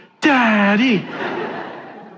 Daddy